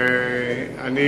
ודאי.